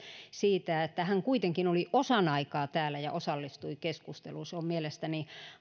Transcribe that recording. siitä että hän kuitenkin oli osan aikaa täällä ja osallistui keskusteluun se on mielestäni